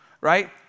right